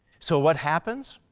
so what happens?